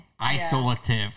Isolative